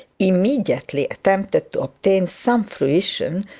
immediately attempted to obtain some fruition,